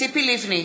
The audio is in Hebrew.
ציפי לבני,